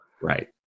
right